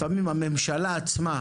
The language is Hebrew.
לפעמים הממשלה עצמה,